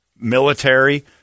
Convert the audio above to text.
military